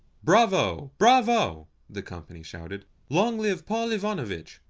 bravo, bravo! the company shouted. long live paul ivanovitch!